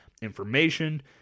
information